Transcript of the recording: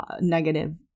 negative